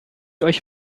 euch